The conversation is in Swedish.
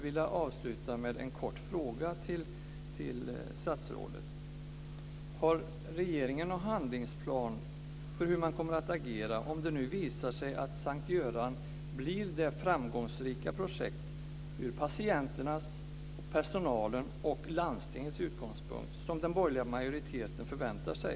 Har regeringen någon handlingsplan för hur man kommer att agera om det nu visar sig att S:t Görans sjukhus blir det framgångsrika projekt ur patienternas, personalens och landstingets utgångspunkt som den borgerliga majoriteten förväntar sig?